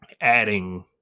adding